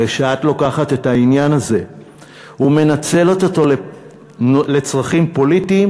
וכשאת לוקחת את העניין הזה ומנצלת אותו לצרכים פוליטיים,